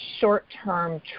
short-term